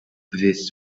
this